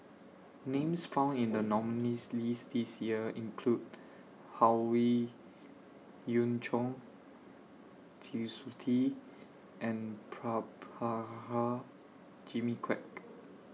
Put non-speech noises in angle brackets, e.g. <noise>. Names found in The nominees' list This Year include Howe Yoon Chong Twisstii and <unintelligible> Jimmy Quek